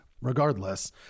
Regardless